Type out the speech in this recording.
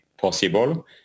possible